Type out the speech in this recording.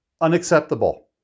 unacceptable